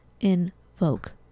invoke